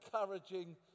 encouraging